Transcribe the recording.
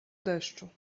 deszczu